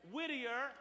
Whittier